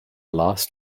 last